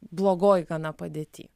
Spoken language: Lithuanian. blogoj gana padėty